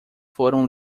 foram